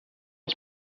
ich